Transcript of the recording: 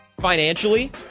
Financially